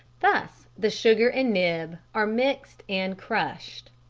thus the sugar and nib are mixed and crushed.